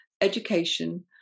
Education